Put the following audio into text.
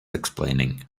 explaining